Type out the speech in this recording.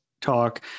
talk